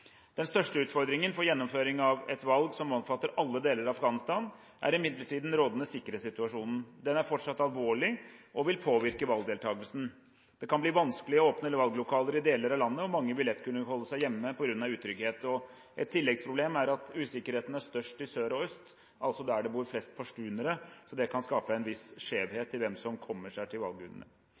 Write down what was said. et valg som omfatter alle deler av Afghanistan, er imidlertid den rådende sikkerhetssituasjonen. Den er fortsatt alvorlig og vil påvirke valgdeltakelsen. Det kan bli vanskelig å åpne valglokaler i deler av landet og mange vil lett kunne holde seg hjemme på grunn av utrygghet. Et tilleggsproblem er at usikkerheten er størst i sør og øst, altså der det bor flest pashtunere. Det kan skape en viss skjevhet i hvem som kommer seg til